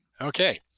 Okay